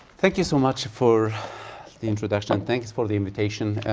thank you so much for the introduction. and thanks for the invitation.